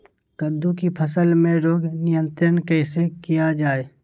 कददु की फसल में रोग नियंत्रण कैसे किया जाए?